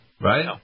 right